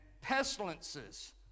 pestilences